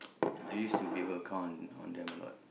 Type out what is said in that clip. I used to be able to count on them a lot